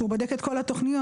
כשהוא בודק את שלב התוכניות.